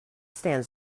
stands